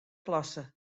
klasse